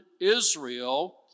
Israel